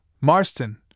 Marston